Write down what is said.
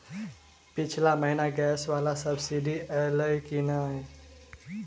पिछला महीना गैस वला सब्सिडी ऐलई की नहि?